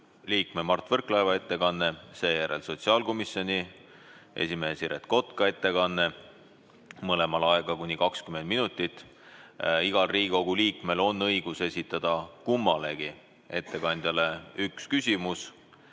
liikme Mart Võrklaeva ettekanne, seejärel sotsiaalkomisjoni esimehe Siret Kotka ettekanne. Mõlemal on aega kuni 20 minutit. Igal Riigikogu liikmel on õigus esitada kummalegi ettekandjale üks küsimus.